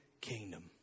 kingdom